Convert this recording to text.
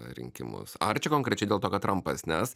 rinkimus ar čia konkrečiai dėl to kad trampas nes